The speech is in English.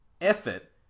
effort